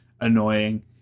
annoying